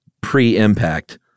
pre-impact